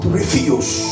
refuse